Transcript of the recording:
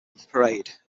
parade